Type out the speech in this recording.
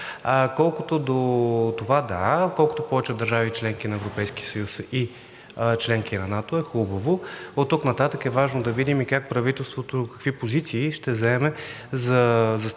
Колкото до това – да, колкото повече държави – членки на Европейския съюз и членки на НАТО, е хубаво. Оттук нататък е важно да видим и как правителството, какви позиции ще заеме за застъпването